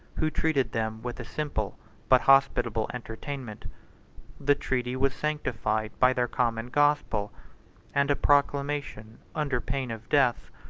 who treated them with a simple but hospitable entertainment the treaty was sanctified by their common gospel and a proclamation, under pain of death,